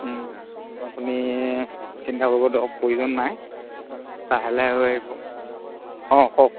আপুনি চিন্তা কৰিব ধৰক প্ৰয়োজন নাই লাহে লাহে হৈ আহিব অঁ কওক